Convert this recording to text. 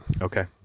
Okay